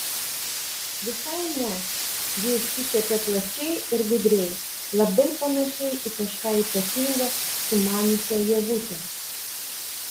visai ne ji išsišiepė plačiai ir gudriai labai panašiai į kažką ypatingo sumaniusią ievutę